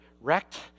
wrecked